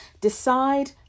Decide